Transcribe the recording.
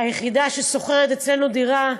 היחידה אצלנו ששוכרת דירה,